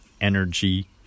energy